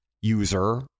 user